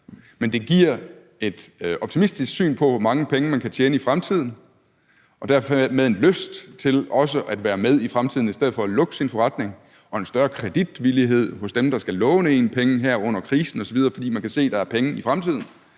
men det giver et optimistisk syn på, hvor mange penge man kan tjene i fremtiden, og dermed en lyst til også at være med i fremtiden, i stedet for at man lukker sin forretning. Og det giver en større kreditvillighed hos dem, der skal låne en penge her under krisen osv., fordi de kan se, at der er penge i fremtiden.